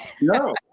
No